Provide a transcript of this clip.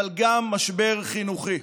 אבל גם משבר חינוכי.